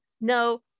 No